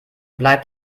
bleibt